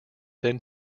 then